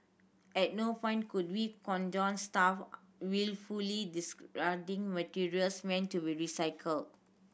at no point could we condone staff wilfully discarding materials meant to be recycle